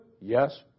Yes